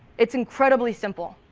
it is incredibly simple.